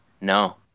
No